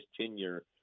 tenure